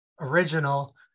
original